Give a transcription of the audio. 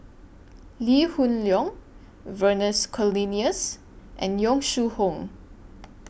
Lee Hoon Leong Vernons Cornelius and Yong Shu Hoong